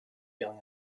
young